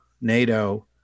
NATO